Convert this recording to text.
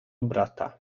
brata